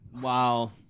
wow